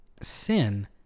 sin